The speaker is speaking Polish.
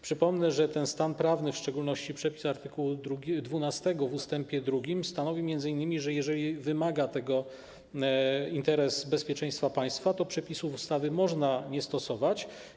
Przypomnę, że ten stan prawny, w szczególności przepis art. 12 w ust. 2 stanowi m.in., że jeżeli wymaga tego interes bezpieczeństwa państwa, to przepisów ustawy można nie stosować.